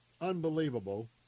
unbelievable